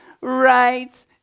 right